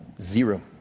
Zero